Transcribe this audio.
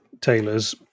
tailors